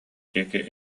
диэки